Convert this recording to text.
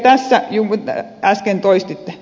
niin kuin äsken toistitte